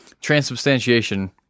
transubstantiation